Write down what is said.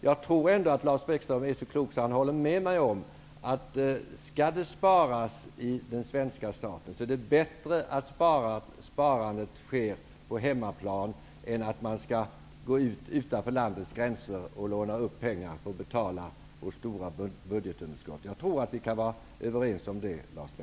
Jag tror ändå att Lars Bäckström är så klok att han håller med mig om att skall det sparas i den svenska staten, är det bättre att sparandet sker på hemmaplan än att man går utanför landets gränser, lånar upp pengar för att betala av vårt stora budgetunderskott. Jag tror att vi kan vara överens om det, Lars